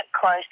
close